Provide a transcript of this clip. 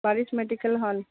পারিশ medical হল